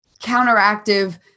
counteractive